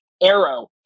Arrow